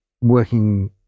working